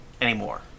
anymore